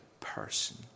person